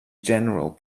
general